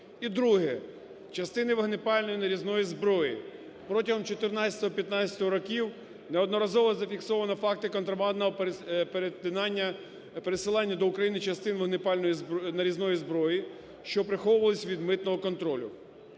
І друге, частини вогнепальної нарізної зброї. Протягом 2014-2015 років неодноразово зафіксовано факти контрабандного перетинання… пересилання до України частин вогнепальної нарізної зброї, що приховувалась від митного контролю.